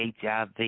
HIV